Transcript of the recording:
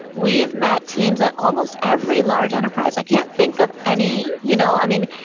we've met teams at almost every large enterprise. i can't think of any. you know i mean,